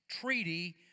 treaty